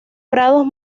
prados